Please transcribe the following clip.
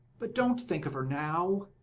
but don't think of her now.